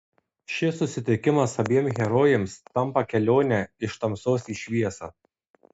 šis susitikimas abiem herojėms tampa kelione iš tamsos į šviesą